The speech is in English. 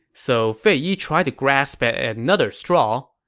so fei yi tried to grasp at another straw.